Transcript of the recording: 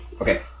Okay